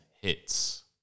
hits